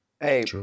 Hey